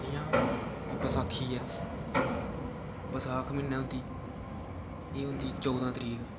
जियां कि बसाखी ऐ बसाख म्हीनै होंदी एह् होंदी चौदां तरीक